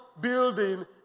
building